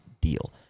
deal